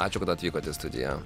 ačiū kad atvykot į studiją